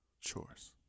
chores